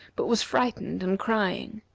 but was frightened and crying.